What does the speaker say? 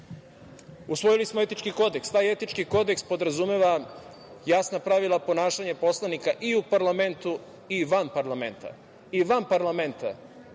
usvojili smo etički kodeks. Taj etički kodeks podrazumeva jasna pravila ponašanja poslanika i u parlamentu i u van parlamenta. I van parlamenta,